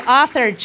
author